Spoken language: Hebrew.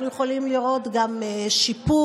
אנחנו יכולים לראות גם שיפור,